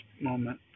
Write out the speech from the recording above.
moment